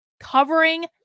Covering